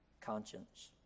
Conscience